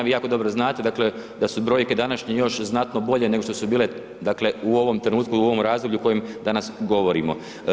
Vi jako dobro znate da su brojke današnje još znatno bolje nego što su bile u ovom trenutku i u ovom razdoblju o kojem danas govorimo.